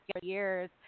years